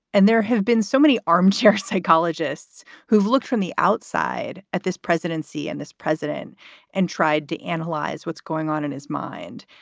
and there have been so many armchair psychologists who've looked from the outside at this presidency and this president and tried to analyze what's going on in his mind.